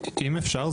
אם אפשר,